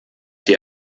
die